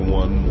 one